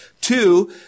Two